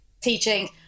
teaching